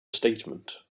statement